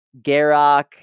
Garak